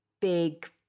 big